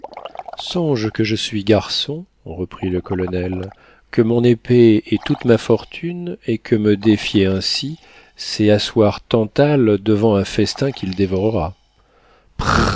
songe que je suis garçon reprit le colonel que mon épée est toute ma fortune et que me défier ainsi c'est asseoir tantale devant un festin qu'il dévorera